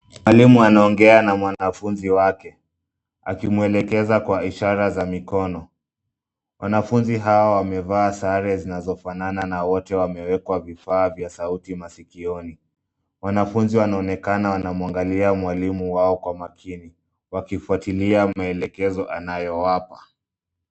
Mwalimu anaongea na mwanafunzi wake, akimwelekeza kwa ishara za mikono. Wanafunzi hawa wamevaa sare zinazofanana na wote wamewekwa vifaa vya sauti masikioni. Wanafunzi wanaonekana wanamwangalia mwalimu wao kwa makini wakifuatilia maelekezo anayowapa.